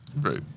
Right